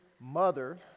mother